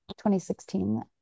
2016